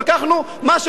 אנחנו נבוא לקחת,